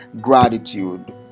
gratitude